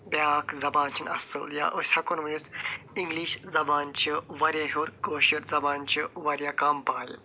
بیٛاکھ زبان چھِ نہٕ اَصٕل یا أسۍ ہٮ۪کو نہٕ ؤنِتھ انگلِش زبان چھِ واریاہ ہیوٚر کٲشِر زبان چھِ واریاہ کم پایہِ